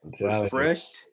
Refreshed